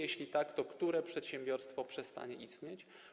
Jeśli tak, to które przedsiębiorstwo przestanie istnieć?